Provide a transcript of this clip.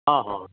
हँ हँ